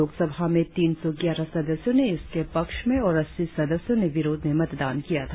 लोकसभा में तीन सौ ग्यारह सदस्यों ने इस के पक्ष में और अस्सी सदस्यों ने विरोध में मतदान किया था